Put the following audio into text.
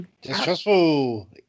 distrustful